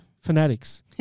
fanatics